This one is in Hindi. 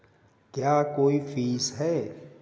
क्या कोई फीस है?